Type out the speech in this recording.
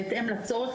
בהתאם לצורך,